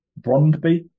Brondby